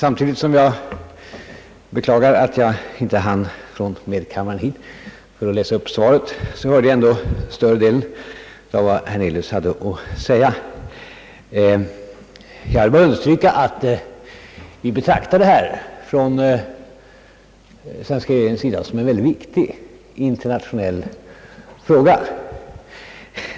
Herr talman! Jag beklagar att jag inte hann hit från medkammaren för att lä sa upp svaret på denna fråga, men jag hörde ändå större delen av vad herr Hernelius hade att säga. Jag vill understryka att vi från regeringens sida betraktar detta spörsmål som en utomordentligt viktig internationell fråga.